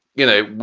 you know,